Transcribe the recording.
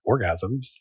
orgasms